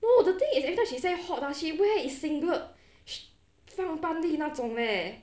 no the thing is every time she say hot ah she wear is singlet she 放完半利那种 leh